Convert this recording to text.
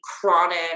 chronic